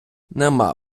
нема